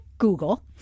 Google